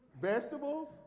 vegetables